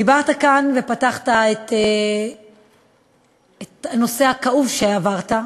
דיברת כאן ופתחת את הנושא הכאוב שעברת.